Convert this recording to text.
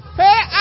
hey